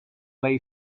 lay